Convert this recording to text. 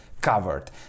covered